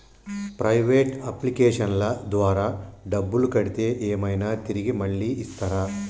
Private అప్లికేషన్ల ద్వారా డబ్బులు కడితే ఏమైనా తిరిగి మళ్ళీ ఇస్తరా?